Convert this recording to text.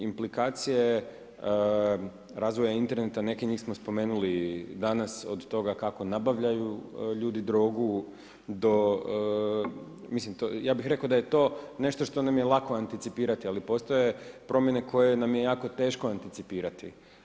Implikacije, razvoj interneta, neke njih smo spomenuli danas, od toga kako nabavljaju ljudi drogu, do mislim, ja bih rekao da je to nešto što nam je lako anticipirati, ali postoje promjene, koje nam je jako teško anticipirati.